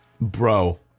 Bro